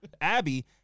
Abby